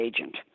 agent